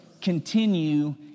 Continue